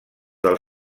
del